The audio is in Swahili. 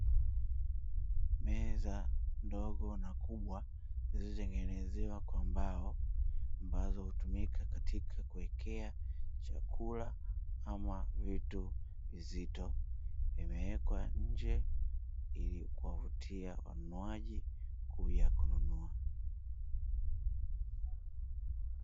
Meza ndogo na kubwa zilizotengenezwa kwa mbao ambazo hutumika katika kuwekea chakula ama vitu vizito, imewekwa nje ili kuwavutia wanunuaji kuja kununua.